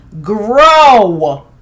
grow